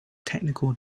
technical